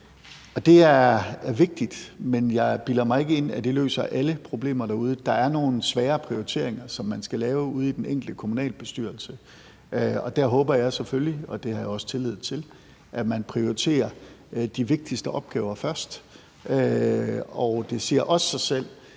Det er vigtigt, men jeg bilder mig ikke ind, at det løser alle problemer derude. Der er nogle svære prioriteringer, som man skal lave ude i den enkelte kommunalbestyrelse. Der håber jeg selvfølgelig, og det har jeg også tillid til, at man prioriterer de vigtigste opgaver først. Det siger også sig selv,